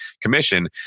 commission